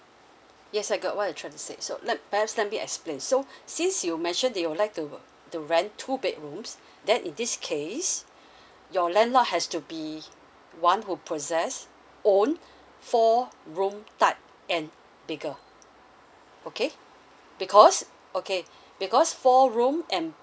yes I got what you are trying to say so lets perhaps let me explain so since you mentioned you would like to rent two bedrooms then in this case your landlord has to be one who possess own four room type and bigger okay because okay because four room and